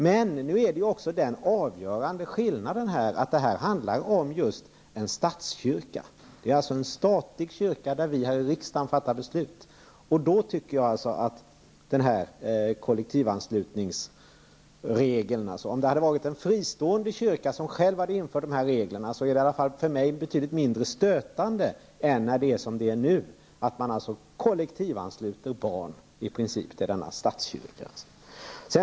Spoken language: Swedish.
Men den avgörande skillnaden här är att detta handlar om en statskyrka. Det är en statlig kyrka, som vi här i riksdagen fattar beslut om. Då reagerar jag mot den här kollektivanslutningsregeln. Om det hade varit en fristående kyrka som själv hade infört de här reglerna hade det i alla fall för mig varit betydligt mindre stötande än när det är som nu, att man i princip kollektivansluter barn till denna statskyrka.